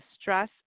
stress